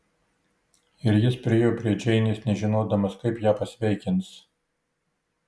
ir jis priėjo prie džeinės nežinodamas kaip ją pasveikins